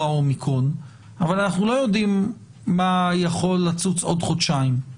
האומיקרון אבל אנחנו לא יודעים מה יכול לצוץ עוד חודשיים.